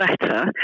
better